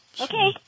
Okay